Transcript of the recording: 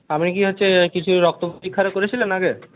আপনি কি হচ্ছে কিছু রক্ত পরীক্ষা আরে করেছিলেন আগে